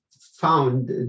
found